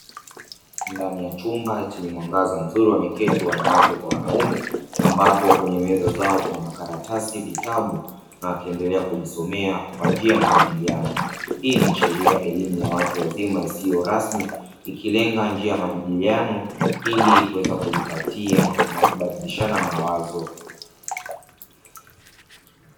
Ndani ya chumba chenye mwangaza mzuri wameketi wanawake kwa wanaume ambapo kwenye meza zao kuna makaratasi, vitabu na wakiendelea kujisomea kwa njia ya majadiliano, hii inaashiria elimu ya watu wazima isiyo rasmi ikilenga njia ya majadiliano ili kuweza kujipatia na kubadilishana mawazo.